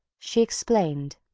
she explained,